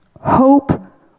hope